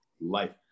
life